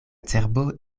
cerbo